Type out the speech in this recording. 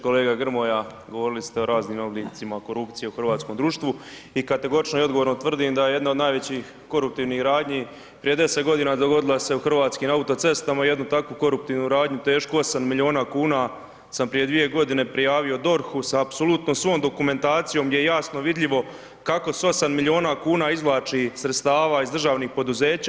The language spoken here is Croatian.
Kolega Grmoja, govorili ste o raznim oblicima korupcije u hrvatskom društvu i kategorično i odgovorno tvrdim da jedna od najvećih koruptivnih radnji prije 10 g. dogodila se u Hrvatskim autocestama, jednu takvu koruptivnu radnju tešku 8 milijuna kuna sam prije 2 g. prijavio DORH-u sa apsolutnom svom dokumentacijom gdje je jasno vidljivo kako se 8 milijuna kuna izvlači sredstava iz državnih poduzeća.